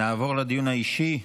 נעבור לדיון האישי.